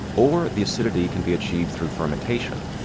or the acidity can be achieved through fermentation.